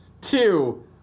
two